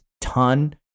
ton